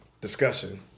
discussion